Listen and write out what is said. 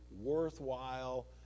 worthwhile